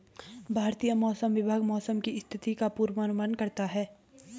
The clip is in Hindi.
भारतीय मौसम विभाग मौसम की स्थिति का पूर्वानुमान करता है